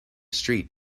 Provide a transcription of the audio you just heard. street